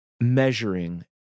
measuring